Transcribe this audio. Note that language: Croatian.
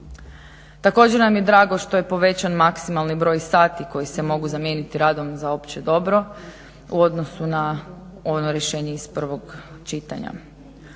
Također nam je drago što je povećan maksimalni broj sati koji se mogu zamijeniti radom za opće dobro u odnosu na ono rješenje iz prvog čitanja.